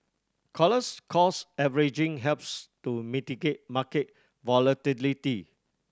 collars cost averaging helps to mitigate market volatility